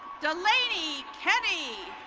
delaney kenny.